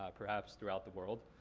ah perhaps throughout the world,